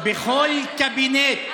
בכל קבינט,